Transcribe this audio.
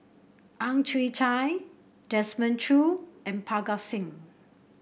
Ang Chwee Chai Desmond Choo and Parga Singh